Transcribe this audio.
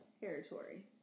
territory